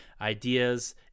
ideas